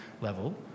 level